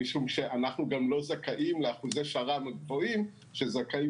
משום שאנחנו גם לא זכאים לאחוזי שר"ם גבוהים שזכאים